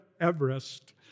Everest